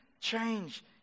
change